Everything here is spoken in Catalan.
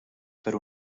per